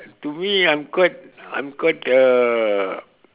to me I'm quite I'm quite uh